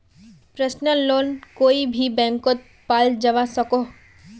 personal loan कोए भी बैंकोत पाल जवा सकोह